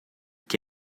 que